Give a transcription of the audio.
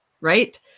right